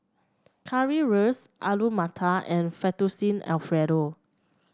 Currywurst Alu Matar and Fettuccine Alfredo